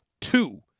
two-